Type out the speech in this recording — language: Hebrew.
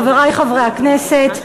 חברי חברי הכנסת,